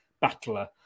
battler